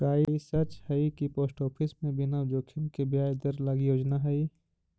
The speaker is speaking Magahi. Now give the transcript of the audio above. का ई सच हई कि पोस्ट ऑफिस में बिना जोखिम के ब्याज दर लागी योजना हई?